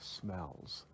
smells